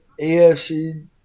AFC